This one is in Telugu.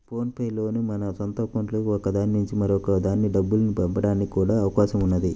ఫోన్ పే లో మన సొంత అకౌంట్లలో ఒక దాని నుంచి మరొక దానికి డబ్బుల్ని పంపడానికి కూడా అవకాశం ఉన్నది